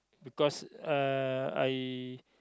because uh I